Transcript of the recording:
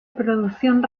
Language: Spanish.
producción